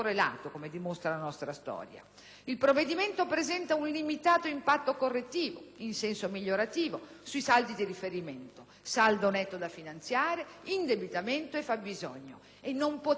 Il provvedimento presenta un limitato impatto correttivo - in senso migliorativo - sui saldi di riferimento (saldo netto da finanziare, indebitamento e fabbisogno) e non poteva essere